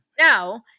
no